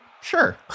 Sure